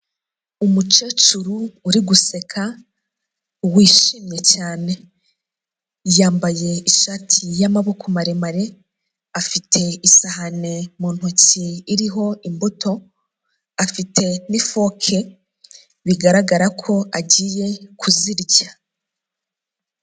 Umukecuru uri guseka wishimye cyane yambaye ishati y'amaboko, maremare afite isahani mu ntoki iriho imbuto afite n'ifoke bigaragara ko agiye kuzirya.